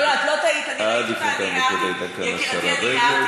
לא, עד לפני כמה דקות הייתה כאן השרה רגב.